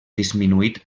disminuït